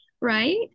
right